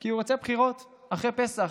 כי הוא רוצה בחירות אחרי פסח.